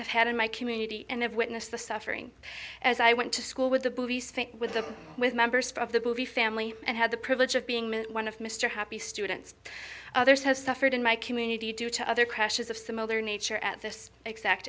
have had in my community and have witnessed the suffering as i went to school with the with the with members of the movie family and had the privilege of being one of mr happy students others has suffered in my community due to other crashes of similar nature at this exact